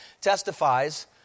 testifies